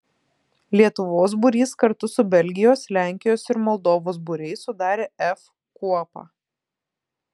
lietuvos būrys kartu su belgijos lenkijos ir moldovos būriais sudarė f kuopą